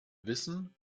wissen